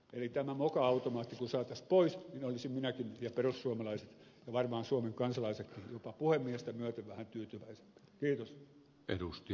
eli kun tämä moka automaatti saataisiin pois niin olisin minä ja olisivat perussuomalaiset ja varmaan suomen kansalaisetkin jopa puhemiestä myöten vähän tyytyväisempiä